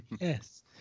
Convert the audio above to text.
yes